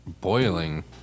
boiling